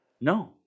No